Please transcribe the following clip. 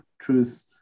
truth